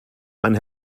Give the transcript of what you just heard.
man